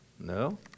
No